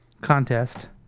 contest